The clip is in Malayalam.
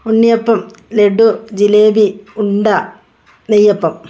ഉണ്ണിയപ്പം ലഡു ജിലേബി ഉണ്ട നെയ്യപ്പം